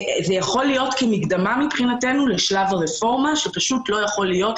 זה יכול להיות כמקדמה לשלב הרפורמה שלא יכול להיות,